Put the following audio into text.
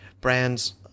brands